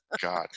god